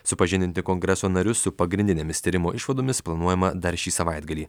supažindinti kongreso narius su pagrindinėmis tyrimo išvadomis planuojama dar šį savaitgalį